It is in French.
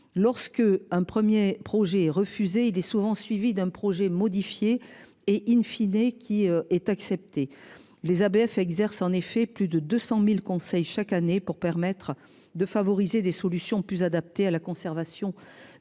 Lorsque un premier projet refusé il est souvent suivi d'un projet modifié et in fine et qui est accepté les ABF exerce en effet plus de 200.000 Conseil chaque année pour permettre de favoriser des solutions plus adaptées à la conservation du